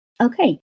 Okay